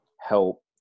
help